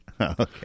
Okay